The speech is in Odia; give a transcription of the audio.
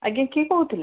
ଆଜ୍ଞା କିଏ କହୁଥିଲେ